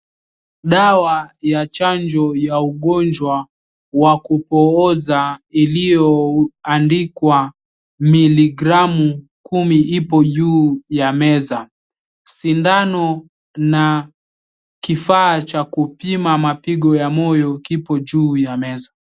Dawa ya chanjo ya ugonjwa wa kupooza iliyoandikwa miligramu kumi ipo juu ya meza. Sindano na kifaa cha kupima mapigo ya moyo kipo juu ya meza.